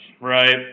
Right